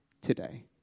today